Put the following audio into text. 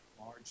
large